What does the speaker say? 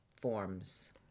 forms